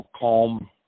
calm